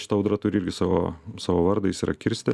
šita audra turi irgi savo savo vardą jis yra kirsti